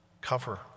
cover